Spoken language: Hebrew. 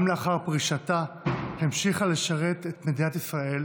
גם לאחר פרישתה המשיכה לשרת את מדינת ישראל